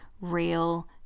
real